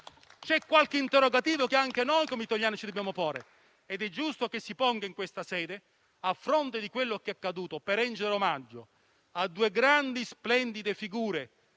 C'è qualche interrogativo che anche noi come italiani ci dobbiamo porre, ed è giusto che si ponga in questa sede a fronte di quello che è accaduto per rendere omaggio a due grandi, splendide figure